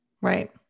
Right